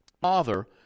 father